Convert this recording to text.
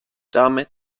damit